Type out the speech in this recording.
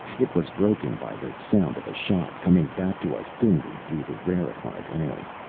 it was broken by the sound of a shot, coming back to us thinly through the rarefied air.